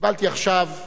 קיבלתי עכשיו תהייה,